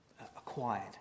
acquired